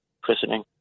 christening